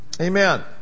Amen